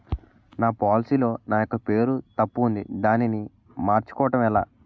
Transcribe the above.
నా పోలసీ లో నా యెక్క పేరు తప్పు ఉంది దానిని మార్చు కోవటం ఎలా?